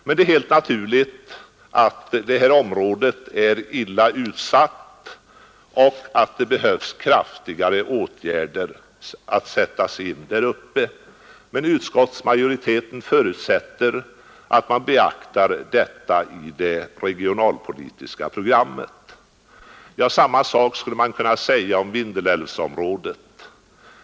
Men det är helt naturligt att det här området är illa utsatt och att kraftigare åtgärder måste sättas in där uppe. Utskottsmajoriteten förutsätter att man beaktar detta i det regionalpolitiska programmet. Samma sak skulle kunna sägas om Vindelälvsområdet.